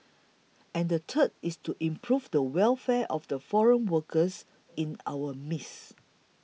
and the third is to improve the welfare of the foreign workers in our midst